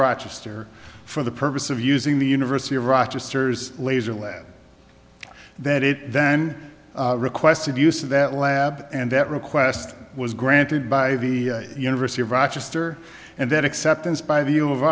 rochester for the purpose of using the university of rochester as laser lab that it then requested use of that lab and that request was granted by the university of rochester and that acceptance by the you of